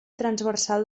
transversal